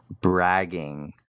bragging